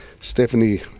Stephanie